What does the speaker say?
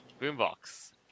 Boombox